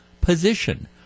position